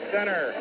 Center